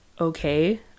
okay